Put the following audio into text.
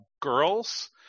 girls